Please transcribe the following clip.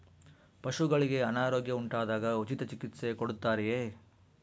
ಪಶುಗಳಿಗೆ ಅನಾರೋಗ್ಯ ಉಂಟಾದಾಗ ಉಚಿತ ಚಿಕಿತ್ಸೆ ಕೊಡುತ್ತಾರೆಯೇ?